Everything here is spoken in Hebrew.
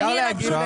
אני קודם